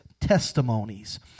Testimonies